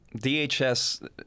DHS